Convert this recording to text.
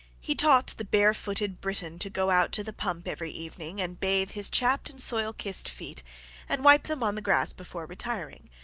he taught the barefooted briton to go out to the pump every evening and bathe his chapped and soil-kissed feet and wipe them on the grass before retiring,